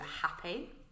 happy